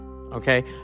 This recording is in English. okay